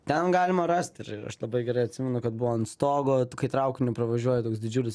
ten galima rasti ir aš labai gerai atsimenu kad buvo ant stogo kai traukiniu pravažiuoju toks didžiulis